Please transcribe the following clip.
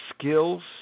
skills